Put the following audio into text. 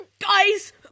guys